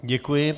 Děkuji.